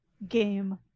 game